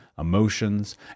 emotions